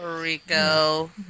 Rico